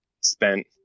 spent